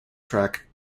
track